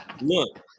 Look